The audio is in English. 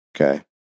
Okay